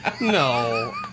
No